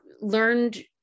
learned